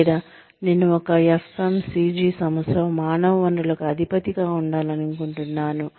లేదా నేను ఒక FMCG సంస్థలో మానవ వనరులకు అధిపతిగా ఉండాలనుకుంటున్నాను